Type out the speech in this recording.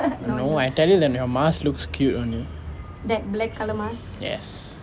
no I tell you that your mask looks cute only yes